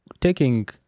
taking